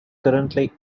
currently